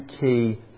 key